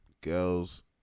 girl's